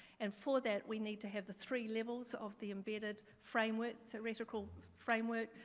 and for that, we need to have the three levels of the embedded framework theoretical framework,